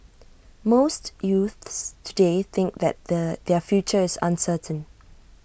most youths today think that the their future is uncertain